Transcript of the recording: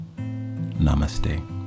Namaste